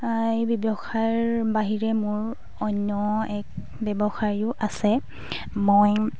এই ব্যৱসায়ৰ বাহিৰে মোৰ অন্য এক ব্যৱসায়ো আছে মই